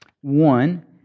One